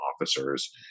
officers